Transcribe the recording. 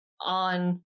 on